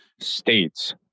states